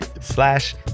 slash